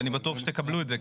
ואני בטוח שתקבלו את זה.